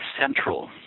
central